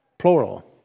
plural